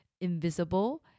invisible